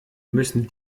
müssen